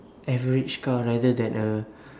average car rather than a